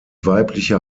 weibliche